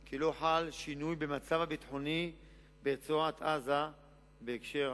כי לא חל שינוי במצב הביטחוני ברצועת-עזה בהקשר האמור,